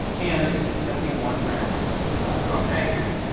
and it's seventy one round drum magazine.